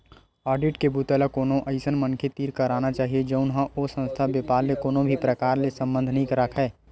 audit के बूता ल कोनो अइसन मनखे तीर कराना चाही जउन ह ओ संस्था, बेपार ले कोनो भी परकार के संबंध नइ राखय